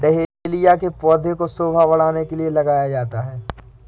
dahlia के पौधे को शोभा बढ़ाने के लिए लगाया जाता है